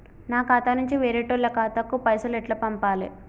నా ఖాతా నుంచి వేరేటోళ్ల ఖాతాకు పైసలు ఎట్ల పంపాలే?